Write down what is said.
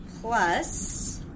Plus